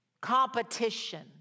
competition